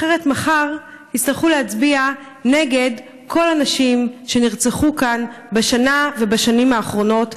אחרת מחר תצטרכו להצביע נגד כל הנשים שנרצחו כאן בשנה ובשנים האחרונות,